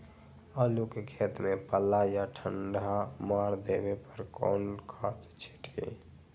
आलू के खेत में पल्ला या ठंडा मार देवे पर कौन खाद छींटी?